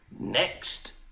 Next